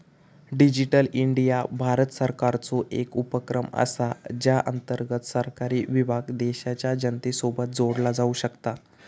digital India Bharat सरकारचो एक उपक्रम असा ज्या अंतर्गत सरकारी विभाग देशाच्या जनतेसोबत जोडला जाऊ शकता